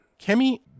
Kemi